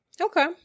okay